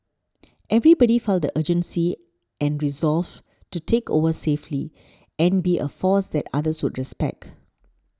everybody felt the urgency and resolve to take over safely and be a force that others would respect